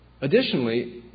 additionally